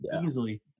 Easily